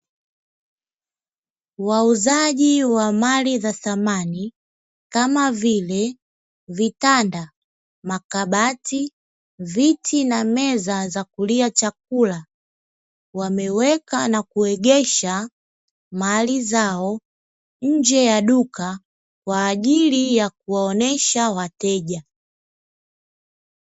Wauzaji wa mali za samani kama vile vitanda, makabati, viti na meza za kulia chakula wameweka na kuegesha mali zao nje ya duka kwa ajili ya kuwaonyesha wateja.